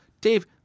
Dave